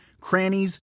crannies